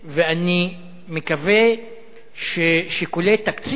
ואני מקווה ששיקולי תקציב